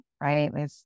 right